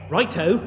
Righto